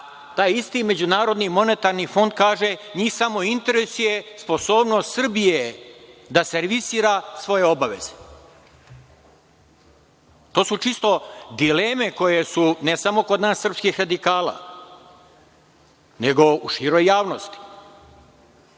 a taj isti MMF kaže, njih samo interesuje sposobnost Srbije da servisira svoje obaveze. To su čisto dileme koje su ne samo kod nas srpskih radikala, nego u široj javnosti.